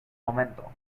momento